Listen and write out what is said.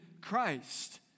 Christ